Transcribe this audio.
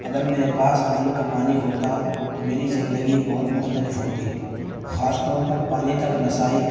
اگر میرے پاس نل کا پانی ہوتا تو میری زندگی بہت مختلف ہوتی خاص طور پر پانی تک رسائی